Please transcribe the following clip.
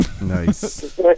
Nice